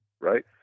right